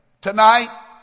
Tonight